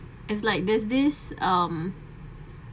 is like there's this um